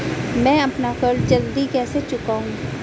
मैं अपना कर्ज जल्दी कैसे चुकाऊं?